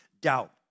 doubt